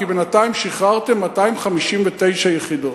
כי בינתיים שחררתם 259 יחידות.